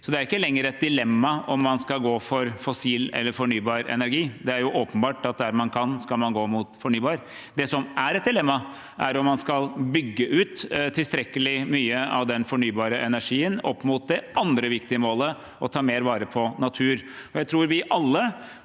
å ta vare på mer natur i 4003 kommunene skal gå for fossil eller for fornybar energi. Det er åpenbart at der man kan, skal man gå for fornybar. Det som er et dilemma, er om man skal bygge ut tilstrekkelig mye av den fornybare energien, opp mot det andre viktige målet: å ta vare på natur. Jeg tror vi alle,